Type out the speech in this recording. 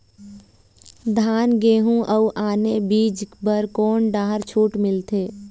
धान गेहूं अऊ आने बीज बर कोन डहर छूट मिलथे?